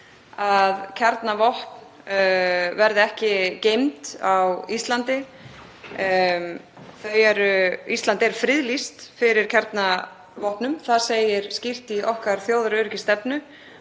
að kjarnavopn verða ekki geymd á Íslandi. Ísland er friðlýst fyrir kjarnavopnum. Það segir skýrt í okkar þjóðaröryggisstefnu.